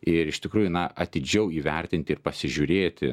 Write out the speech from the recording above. ir iš tikrųjų na atidžiau įvertinti ir pasižiūrėti